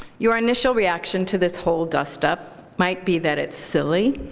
your initial reaction to this whole dustup might be that it's silly,